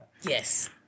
Yes